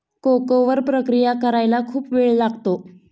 cocoa वर प्रक्रिया करायला खूप वेळ लागतो